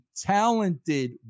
talented